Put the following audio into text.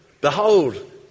behold